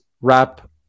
wrap